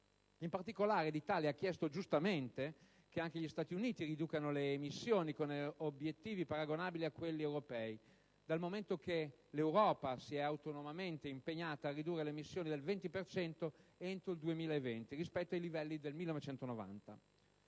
In particolare, l'Italia ha chiesto, giustamente, che anche gli Stati Uniti riducano le emissioni con obiettivi paragonabili a quelli europei, dal momento che l'Europa si è autonomamente impegnata a ridurre le emissioni del 20 per cento entro il 2020 rispetto ai livelli del 1990.